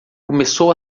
começou